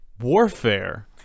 Warfare